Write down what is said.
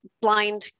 blind